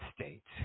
states